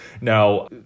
Now